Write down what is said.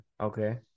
okay